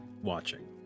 watching